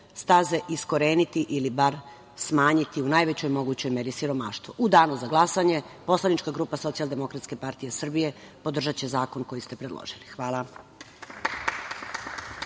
staze iskoreniti ili bar smanjiti u najvećoj mogućoj meri siromaštvo.U danu za glasanje, poslanička grupa SDPS podržaće zakon koji ste predložili. Hvala.